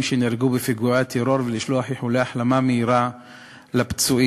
שנהרגו בפיגועי הטרור ולשלוח איחולי החלמה מהירה לפצועים,